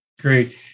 Great